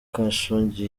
khashoggi